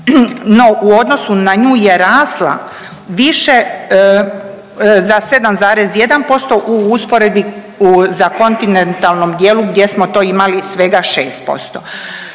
no u odnosu na nju je rasla više za 7,1% u usporedbi za kontinentalnom dijelu gdje smo to imali svega 6%.